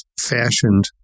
fashioned